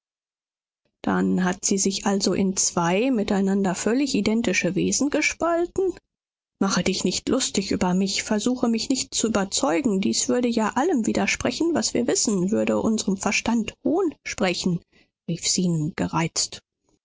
dann hat sie sich also in zwei miteinander völlig identische wesen gespalten mache dich nicht lustig über mich versuche mich nicht zu überzeugen dies würde ja allem widersprechen was wir wissen würde unserem verstand hohn sprechen rief zenon gereizt